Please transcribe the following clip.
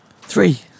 Three